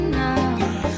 now